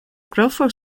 crawford